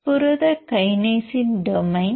புரத கைனேஸின் டொமைன்